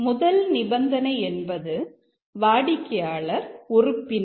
முதல் நிபந்தனை என்பது வாடிக்கையாளர் உறுப்பினரா